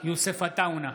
יוסף עטאונה,